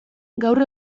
gaur